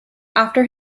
after